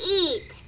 eat